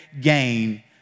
gain